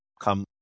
come